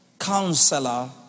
Counselor